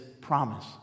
promise